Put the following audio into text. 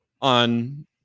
on